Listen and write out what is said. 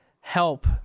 help